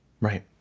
Right